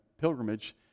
pilgrimage